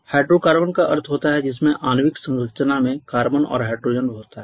hydrocarbon का अर्थ होता है जिसमें आणविक संरचना में कार्बन और हाइड्रोजन होता है